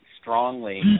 strongly